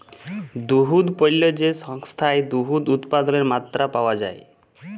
দুহুদ পল্য যে সংস্থায় দুহুদ উৎপাদলের মাত্রা পাউয়া যায়